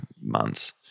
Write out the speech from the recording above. months